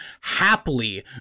happily